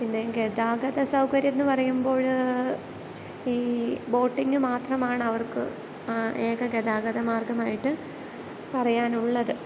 പിന്നെ ഗതാഗതസൗകര്യമെന്ന് പറയുമ്പോൾ ഈ ബോട്ടിംഗ് മാത്രമാണ് അവർക്ക് ഏക ഗതാഗത മാർഗ്ഗമായിട്ട് പറയാനുള്ളത്